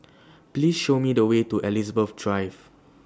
Please Show Me The Way to Elizabeth Drive